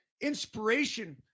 inspiration